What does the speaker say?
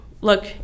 look